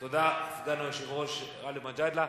תודה, סגן היושב-ראש גאלב מג'אדלה.